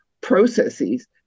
processes